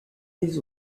des